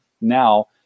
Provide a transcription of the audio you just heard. now